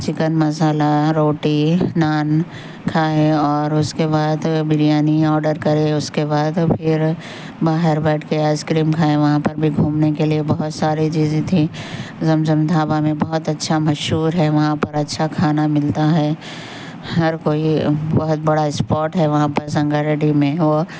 chicken masala روٹی نان کھائے اور اس کے بعد بریانی آڈر کرے اس کے بعد پھر باہر بیٹھ کے آئس کریم کھائیں وہاں پر بھی گھومنے کے لیے بہت ساری چیزیں تھیں زمزم ڈھابہ میں بہت اچھا مشہور ہے وہاں پر اچھا کھانا ملتا ہے ہر کوئی بہت بڑا اسپاٹ ہے وہاں پہ سنگا ریڈی میں اور